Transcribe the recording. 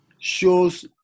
shows